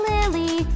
Lily